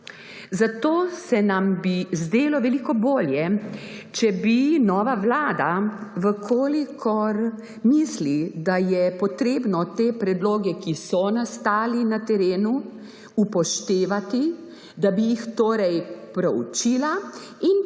Zato se nam bi zdelo veliko bolje, če bi nova Vlada, če misli, da je treba te predloge, ki so nastali na terenu, upoštevati, da bi jih torej proučila in